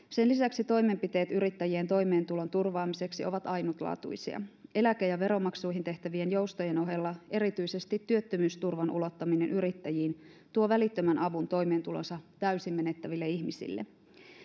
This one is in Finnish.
sen lisäksi toimenpiteet yrittäjien toimeentulon turvaamiseksi ovat ainutlaatuisia eläke ja veromaksuihin tehtävien joustojen ohella erityisesti työttömyysturvan ulottaminen yrittäjiin tuo välittömän avun toimeentulonsa täysin menettäville ihmisille